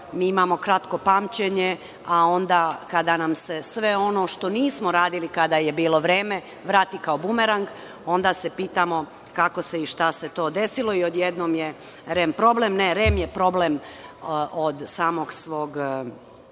mi imamo kratko pamćenje, a onda kada nam se sve ono što nismo radili kada je bilo vreme vrati kao bumerang, onda se pitamo kako se i šta se to desilo i odjednom je REM problem. Ne, REM je problem od samog svog